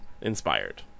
inspired